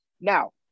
now